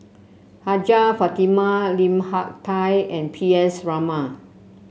Hajjah Fatimah Lim Hak Tai and P S Raman